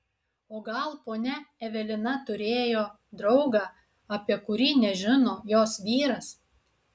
o gal ponia evelina turėjo draugą apie kurį nežino jos vyras